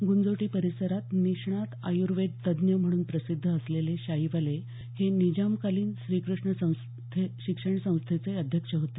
गुंजोटी परिसरात निष्णात आयुर्वेद तज्ज्ञ म्हणून प्रसिद्ध असलेले शाईवाले हे निजामकालीन श्रीकृष्ण शिक्षण संस्थेचे अध्यक्ष होते